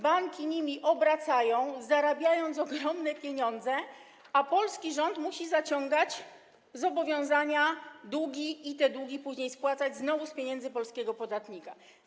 Banki nimi obracają, zarabiając ogromne pieniądze, a polski rząd musi zaciągać zobowiązania, długi i te długi później spłacać - znowu z pieniędzy polskiego podatnika.